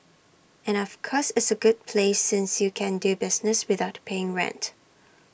and of course it's A good place since you can do business without paying rent